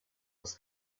his